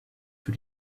für